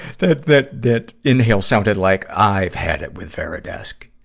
that, that, that inhale sounded like i've had it with varidesk!